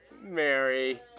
Mary